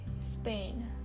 Spain